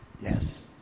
yes